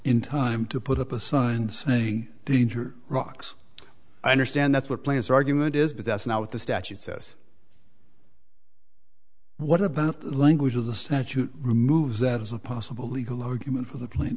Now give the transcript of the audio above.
in time to put up a sign saying danger rocks i understand that's what plans the argument is but that's not what the statute says what about the language of the statute removes that as a possible legal argument for the pla